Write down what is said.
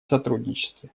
сотрудничестве